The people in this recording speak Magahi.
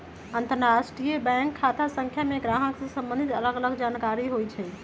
अंतरराष्ट्रीय बैंक खता संख्या में गाहक से सम्बंधित अलग अलग जानकारि होइ छइ